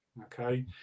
Okay